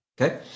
okay